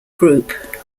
group